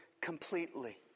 completely